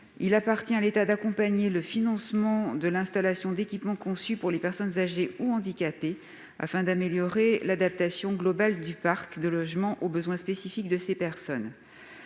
Il appartient à l'État d'accompagner le financement de l'installation d'équipements conçus pour les personnes âgées ou handicapées afin d'améliorer l'adaptation globale du parc immobilier aux besoins spécifiques de ces personnes.